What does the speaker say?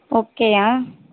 ஓகேயா